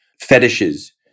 fetishes